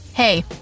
Hey